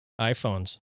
iphones